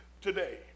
today